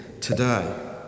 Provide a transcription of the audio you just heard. today